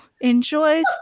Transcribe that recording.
Enjoys